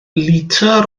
litr